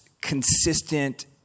consistent